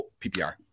PPR